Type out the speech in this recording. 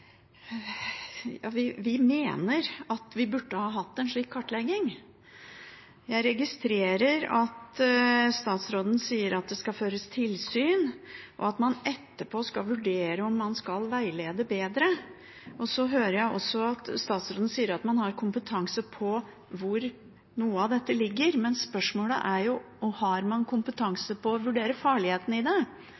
mener at vi burde hatt en slik kartlegging. Jeg registrerer at statsråden sier det skal føres tilsyn, og at man etterpå skal vurdere om man skal veilede bedre. Jeg hører også at statsråden sier man har kompetanse på hvor noe av dette ligger, men spørsmålet er jo om man har